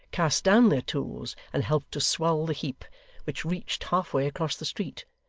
cast down their tools and helped to swell the heap which reached half-way across the street,